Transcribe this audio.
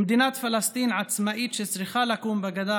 ומדינה פלסטין עצמאית שצריכה לקום בגדה